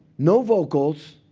no vocals